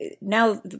Now